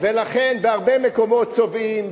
בהרבה מקומות צובעים,